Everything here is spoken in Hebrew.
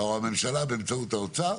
הממשלה באמצעות האוצר,